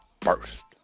first